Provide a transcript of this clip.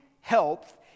health